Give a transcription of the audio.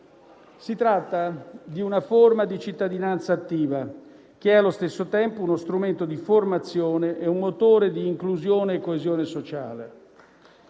Si tratta di una forma di cittadinanza attiva che, allo stesso tempo, è uno strumento di formazione e un motore di inclusione e coesione sociale.